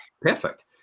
Perfect